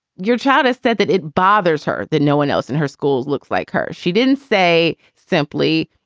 your child has said that it bothers her that no one else in her school looks like her. she didn't say simply,